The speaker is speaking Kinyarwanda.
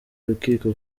urukiko